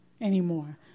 anymore